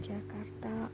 Jakarta